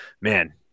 man